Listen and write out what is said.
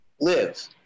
live